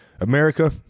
America